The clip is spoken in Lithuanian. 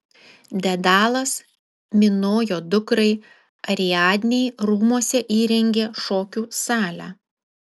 dedalas minojo dukrai ariadnei rūmuose įrengė šokių salę